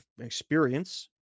experience